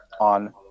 on